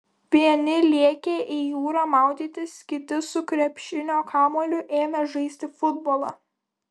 vieni lėkė į jūrą maudytis kiti su krepšinio kamuoliu ėmė žaisti futbolą